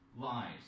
lies